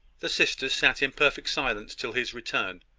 the sisters sat in perfect silence till his return.